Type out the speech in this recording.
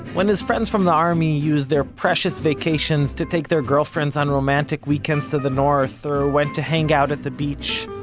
when his friends from the army used their precious vacations to take their girlfriends on romantic weekends to the north, or went to hang out at the beach,